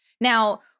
Now